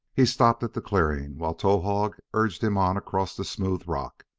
he stopped at the clearing, while towahg urged him on across the smooth rock.